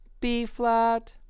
B-flat